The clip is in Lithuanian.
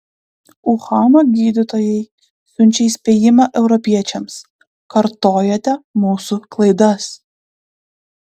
uhano gydytojai siunčia įspėjimą europiečiams kartojate mūsų klaidas